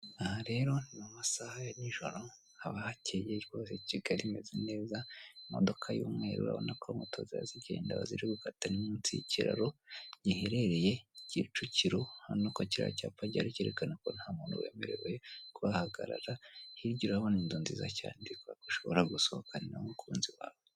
Aha rero ni mu masaha ya nijoro haba hakeye rwose Kigali imeze neza, imodoka y'umweru urabona ko moto ziba zigenda, aho ziri gukata ni munsi y'ikiraro giherereye Kicukiro. Urabona kiriya cyapa gihari cyerekana ko nta muntu wemerewe kuhahagarara, hirya urabona inzu nziza cyane ushobora gusohokaniramo umukunzi wawe.